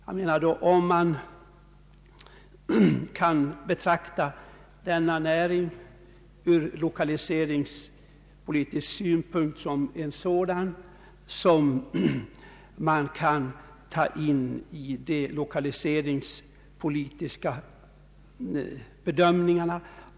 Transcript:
Kan man betrakta denna näring ur lokaliseringspolitisk synpunkt på ett sådant sätt att den kan tas in i de lokaliseringspolitiska bedömningarna?